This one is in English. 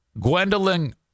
Gwendolyn